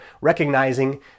recognizing